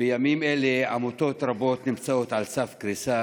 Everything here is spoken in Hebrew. בימים אלה, עמותות רבות נמצאות על סף קריסה